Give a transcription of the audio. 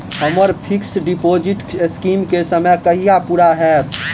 हम्मर fix deposit scheme केँ समय कहिया पूरा हैत?